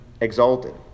exalted